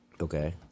Okay